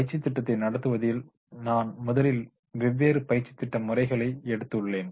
பயிற்சித் திட்டத்தை நடத்துவதில் நான் முதலில் வெவ்வேறு பயிற்சித் திட்ட முறைகளை எடுத்துள்ளேன்